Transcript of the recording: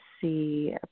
see